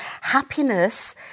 happiness